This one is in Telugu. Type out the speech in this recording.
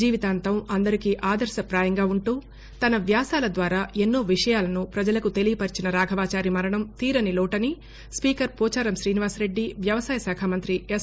జీవితాంతం అందరికీ ఆదర్శప్రాయంగా ఉంటూ తన వ్యాసాల ద్వారా ఎన్నో విషయాలను ప్రజలకు తెలియపర్చిన రాఘవచారి మరణం తీరని లోటని స్పీకర్ పోచారం గ్రీనివాస్రెడ్డి వ్యవసాయశాఖమంతి ఎస్